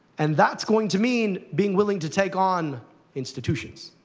and that's going to mean being willing to take on institutions,